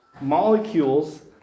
molecules